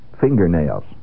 fingernails